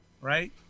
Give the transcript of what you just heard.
Right